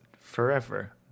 Forever